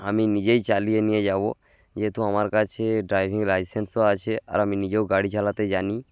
আমি নিজেই চালিয়ে নিয়ে যাবো যেহেতু আমার কাছে ড্রাইভিং লাইসেন্সও আছে আর আমি নিজেও গাড়ি চালাতে জানি